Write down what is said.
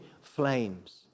flames